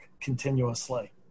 continuously